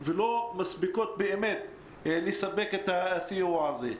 ולא מספיקות לספק את הסיוע הזה.